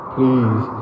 Please